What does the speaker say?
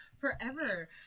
forever